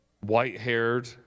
white-haired